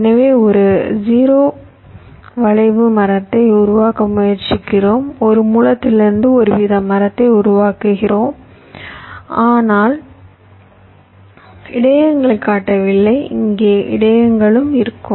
எனவே ஒரு 0 வளைவு மரத்தை உருவாக்க முயற்சிக்கிறோம் ஒரு மூலத்திலிருந்து ஒருவித மரத்தை உருவாக்குகிறேன் அதனால் இடையகங்களைக் காட்டவில்லை இங்கே இடையகங்களும் இருக்கும்